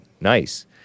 Nice